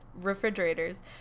refrigerators